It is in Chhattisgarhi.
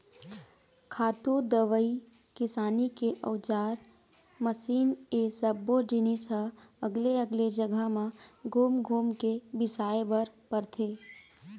खातू, दवई, किसानी के अउजार, मसीन ए सब्बो जिनिस ह अलगे अलगे जघा म घूम घूम के बिसाए बर परथे